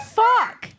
fuck